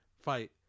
fight